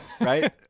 Right